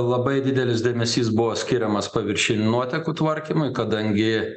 labai didelis dėmesys buvo skiriamas paviršinių nuotekų tvarkymui kadangi